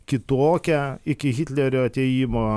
kitokią iki hitlerio atėjimo